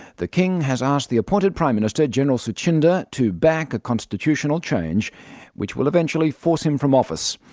the king has asked the appointed prime minister, general suchinda, to back a constitutional change which will eventually force him from office.